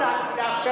להצעה.